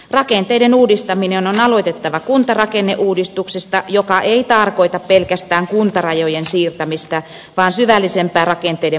rakenteiden uudistaminen on aloitettava kuntarakenneuudistuksesta joka ei tarkoita pelkästään kuntarajojen siirtämistä vaan syvällisempää rakenteiden muuttamista